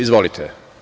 Izvolite.